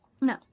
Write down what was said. no